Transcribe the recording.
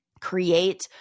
create